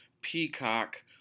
Peacock